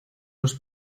los